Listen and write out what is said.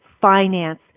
finance